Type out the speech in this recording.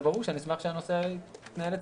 וברור שאני אשמח שהנושא יעלה אצלי.